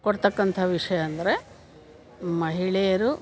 ಕೊಡತಕ್ಕಂಥ ವಿಷಯ ಅಂದರೆ ಮಹಿಳೆಯರು